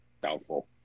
doubtful